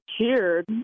cheered